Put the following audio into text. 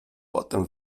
potem